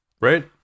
Right